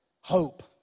hope